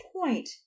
point